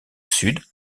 sud